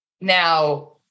Now